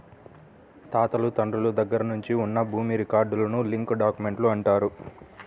తాతలు తండ్రుల దగ్గర నుంచి ఉన్న భూమి రికార్డులను లింక్ డాక్యుమెంట్లు అంటారు